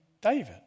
David